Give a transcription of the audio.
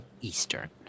Eastern